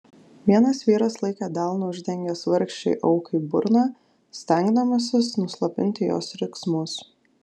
vienas vyras laikė delnu uždengęs vargšei aukai burną stengdamasis nuslopinti jos riksmus